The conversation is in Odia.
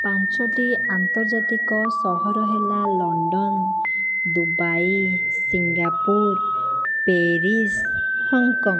ପାଞ୍ଚଟି ଆନ୍ତର୍ଜାତିକ ସହର ହେଲା London Dubai Singapore Paris Hong Kong